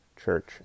church